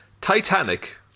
Titanic